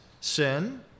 sin